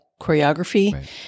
choreography